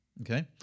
Okay